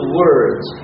words